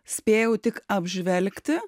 spėjau tik apžvelgti